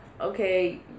okay